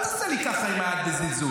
אל תעשה לי ככה עם היד בזלזול.